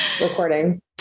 recording